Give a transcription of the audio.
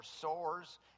sores